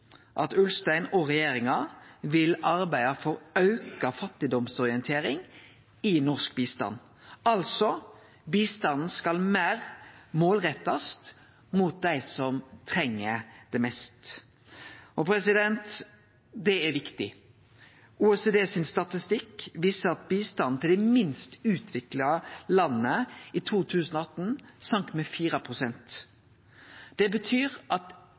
at Ulstein og regjeringa vil arbeide for auka fattigdomsorientering i norsk bistand – altså at bistanden skal målrettast meir mot dei som treng han mest. Det er viktig. OECDs statistikk viser at bistanden til dei minst utvikla landa i 2018 sokk med 4 pst. Det betyr at